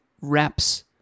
reps